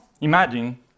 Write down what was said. imagine